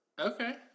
Okay